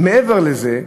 מעבר לזה,